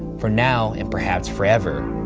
for now, and perhaps forever,